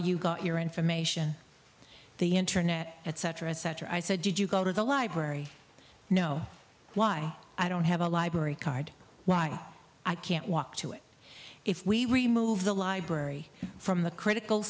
you got your information the internet etc etc i said did you go to the library know why i don't have a library card why i can't walk to it if we remove the library from the critical